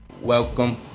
Welcome